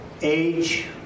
age